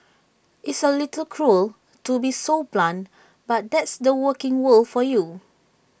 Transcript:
it's A little cruel to be so blunt but that's the working world for you